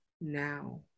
now